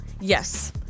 Yes